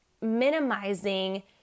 minimizing